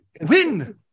win